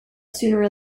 sooner